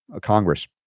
Congress